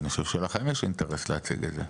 אני חושב שלכם יש אינטרס להציג את זה.